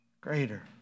greater